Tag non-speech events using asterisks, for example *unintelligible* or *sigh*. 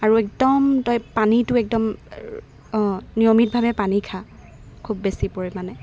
আৰু একদম তই পানীটো একদম *unintelligible* অঁ নিয়মিতভাৱে পানী খা খুব বেছি পৰিমাণে